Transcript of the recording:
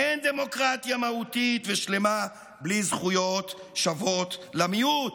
אין דמוקרטיה מהותית ושלמה בלי זכויות שוות למיעוט.